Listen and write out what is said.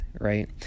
right